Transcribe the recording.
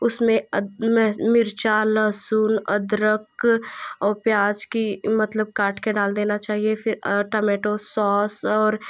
उसमें मिर्चा लहसुन अदरक और प्याज़ कि मतलब काट के डाल देना चाहिए फिर आटा टमेटो सॉस